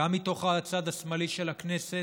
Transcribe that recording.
גם מהצד השמאלי של הכנסת,